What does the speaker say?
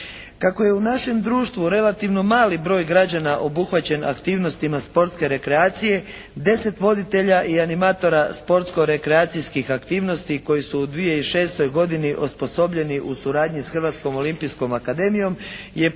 Kako je u našem društvu relativno mali broj građana obuhvaćen aktivnostima sportske rekreacije 10 voditelja i animatora sportsko-rekreacijskih aktivnosti koji su u 2006. godini osposobljeni u suradnji sa Hrvatskom olimpijskom akademijom je puno